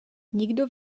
nikdo